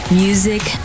music